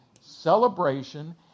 celebration